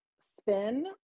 spin